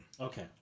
Okay